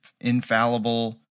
infallible